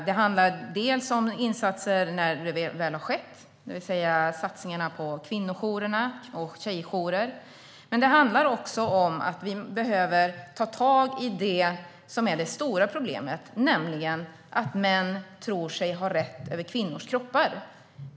Det handlar dels om insatser när det väl har skett, det vill säga satsningar på kvinno och tjejjourer, dels om att vi behöver ta tag i det som är det stora problemet, nämligen att män tror sig ha rätt till kvinnors kroppar.